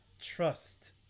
trust